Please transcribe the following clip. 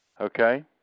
okay